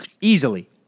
Easily